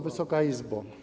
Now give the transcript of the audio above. Wysoka Izbo!